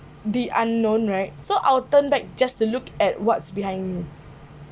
the unknown right so I will turn back just to look at what's behind me